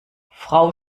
frau